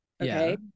okay